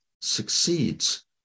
succeeds